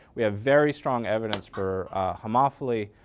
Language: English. we have very strong evidence for homophily,